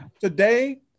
Today